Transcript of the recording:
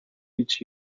each